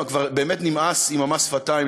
כבר באמת נמאס ממס השפתיים,